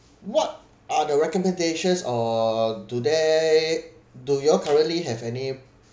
what are the recommendations or do they do you all currently have any